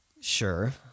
Sure